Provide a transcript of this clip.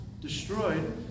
destroyed